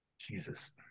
Jesus